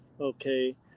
okay